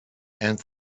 and